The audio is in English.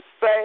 say